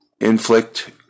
inflict